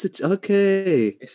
okay